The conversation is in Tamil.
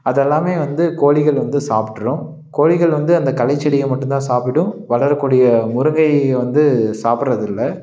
அதெல்லாமே வந்து கோழிகள் வந்து சாப்பிட்ரும் கோழிகள் வந்து அந்த களை செடியை மட்டுந்தான் சாப்பிடும் வளரக்கூடிய முருங்கையை வந்து சாப்பிட்றது இல்லை